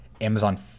Amazon